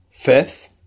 Fifth